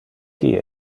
qui